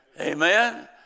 Amen